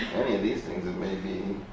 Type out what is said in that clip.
any of these things it may be